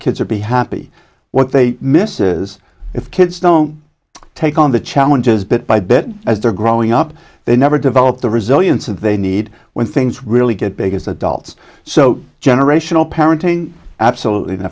kids or be happy what they miss is if kids don't take on the challenges bit by bit as they're growing up they never develop the resilience of they need when things really get big as adults so generational parenting absolutely no